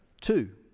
Two